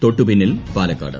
തൊട്ടു പിന്നിൽ പാലക്കാട്